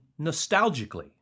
nostalgically